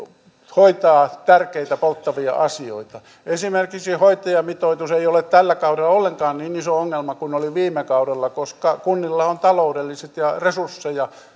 hoitaa tärkeitä polttavia asioita esimerkiksi hoitajamitoitus ei ole tällä kaudella ollenkaan niin iso ongelma kuin oli viime kaudella koska kunnilla on taloudellisia resursseja